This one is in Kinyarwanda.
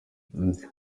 muzi